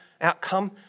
outcome